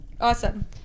awesome